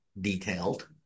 detailed